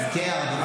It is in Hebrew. פסקי הרבנות הראשית,